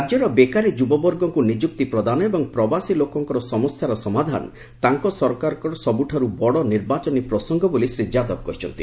ରାଜ୍ୟର ବେକାରୀ ଯୁବବର୍ଗଙ୍କୁ ନିଯୁକ୍ତି ପ୍ରଦାନ ଏବଂ ପ୍ରବାସୀ ଲୋକଙ୍କର ସମସ୍ୟାର ସମାଧାନ ତାଙ୍କ ସରକାରଙ୍କ ସବୁଠାରୁ ବଡ଼ ନିର୍ବାଚନୀ ପ୍ରସଙ୍ଗ ବୋଲି ଶ୍ରୀ ଯାଦବ କହିଚ୍ଛନ୍ତି